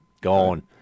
Gone